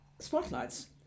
spotlights